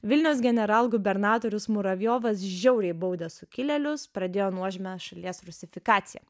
vilniaus generalgubernatoriaus muravjovas žiauriai baudė sukilėlius pradėjo nuožmią šalies rusifikaciją